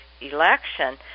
election